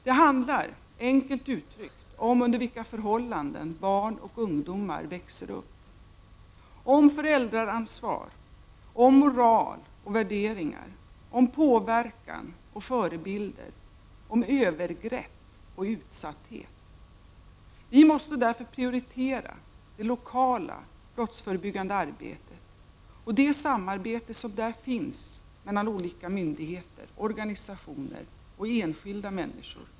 Det handlar, enkelt uttryckt, om under vilka förhållanden barn och ungdomar växer upp, om föräldraansvar, om moral och värderingar, om påverkan och förebilder, om övergrepp och utsatthet. Vi måste därför prioritera det lokala brottsförebyggande arbetet och det samarbete som där finns mellan olika myndigheter, organisationer och enskilda människor.